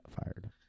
fired